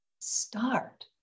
start